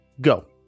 go